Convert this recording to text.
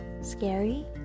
Scary